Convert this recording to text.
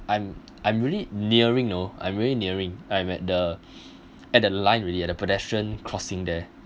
I'm I'm really nearing you know I'm really nearing I'm at the at the line already at the pedestrian crossing there